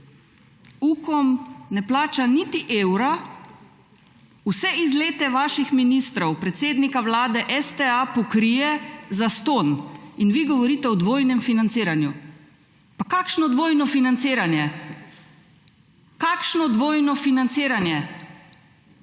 Ukom ne plača niti evra, vse izlete vaših ministrov, predsednika Vlade, STA pokrije zastonj. In vi govorite o dvojnem financiranju. Pa kakšno dvojno financiranje?! Kakšno dvojno financiranje?